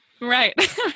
Right